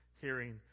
hearing